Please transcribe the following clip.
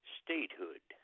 statehood